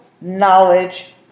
knowledge